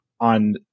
on